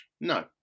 No